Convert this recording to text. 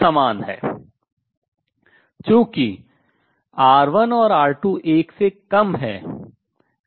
चूंकि R1 और R2 1 से कम हैं